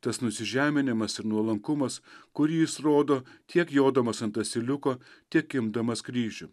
tas nusižeminimas ir nuolankumas kurį jis rodo tiek jodamas ant asiliuko tiek imdamas kryžių